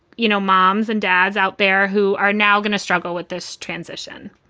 you know, moms and dads out there who are now going to struggle with this transition?